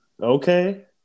Okay